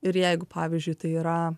ir jeigu pavyzdžiui tai yra